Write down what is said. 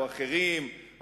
או אחרים,